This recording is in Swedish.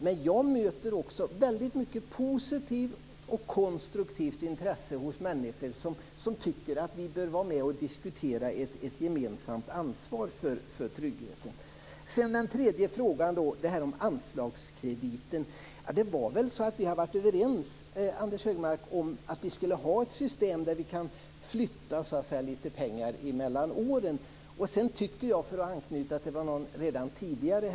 Men jag möter också mycket positivt och konstruktivt intresse hos människor som tycker att vi bör diskutera ett gemensamt ansvar för tryggheten. Anders G Högmark tar också upp anslagskrediten. Vi har varit överens om att ha ett system där vi kan flytta pengar mellan åren. Jag kan också anknyta till vad någon har sagt tidigare.